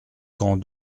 quand